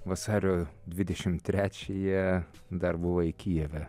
vasario dvidešim trečiąją dar buvai kijeve